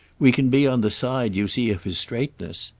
we can be on the side, you see, of his straightness.